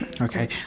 okay